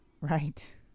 Right